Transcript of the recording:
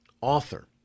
Author